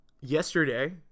yesterday